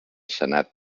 senat